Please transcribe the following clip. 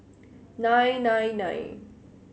nine nine nine